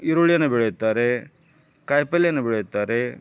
ಈರುಳ್ಳಿಯನ್ನು ಬೆಳೆಯುತ್ತಾರೆ ಕಾಯಿಪಲ್ಲೆಯನ್ನು ಬೆಳೆಯುತ್ತಾರೆ